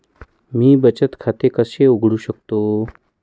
मी बचत खाते कसे उघडू शकतो?